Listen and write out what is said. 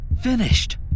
Finished